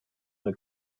the